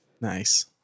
Nice